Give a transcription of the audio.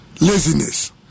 laziness